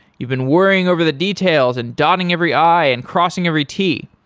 you've been worrying over the details and dotting every i and crossing every t.